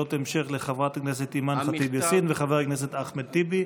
שאלות המשך לחברת הכנסת אימאן ח'טיב יאסין ולחבר הכנסת אחמד טיבי.